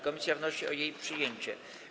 Komisja wnosi o jej przyjęcie.